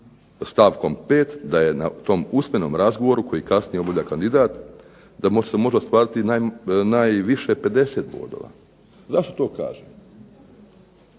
stavkom 5. da je na tom usmenom razgovoru koji kasnije obavlja kandidat, da može ostvariti najviše 50 bodova. Zašto to kažem?